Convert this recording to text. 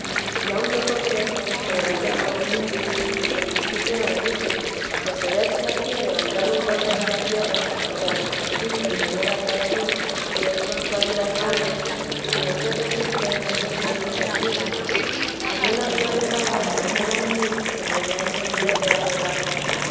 y aun yo confieso que gran temor me hizo al principio grandísimo porque verse ansí levantar un cuerpo de la vida de la santa madife tierra que aunque el espíritu le lleva tras sí y es con suavidad grande si no se resiste no se pierde el sentido al menos yo estaba de manera en mí que podía entender era llevada